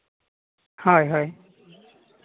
ᱦᱳᱭ ᱦᱳᱭ